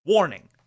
Warning